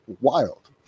wild